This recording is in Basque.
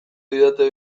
didate